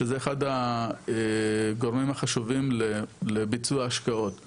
שזה אחד הגורמים החשובים לביצוע השקעות,